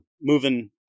moving